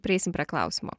prieisim prie klausimo